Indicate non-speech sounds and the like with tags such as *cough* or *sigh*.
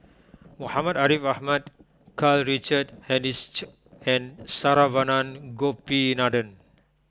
*noise* Muhammad Ariff Ahmad Karl Richard Hanitsch and Saravanan Gopinathan